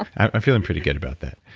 i'm feeling pretty good about that.